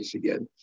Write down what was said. again